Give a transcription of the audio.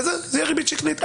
זאת ריבית שקלית.